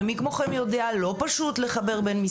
ומי כמוכם יודע, לא פשוט לחבר בין משרדים.